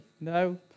No